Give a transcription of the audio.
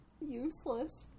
Useless